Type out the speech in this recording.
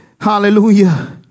Hallelujah